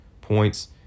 points